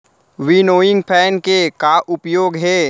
Winnowing fan के का उपयोग हे?